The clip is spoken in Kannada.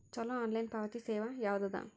ಛಲೋ ಆನ್ಲೈನ್ ಪಾವತಿ ಸೇವಾ ಯಾವ್ದದ?